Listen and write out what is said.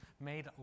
made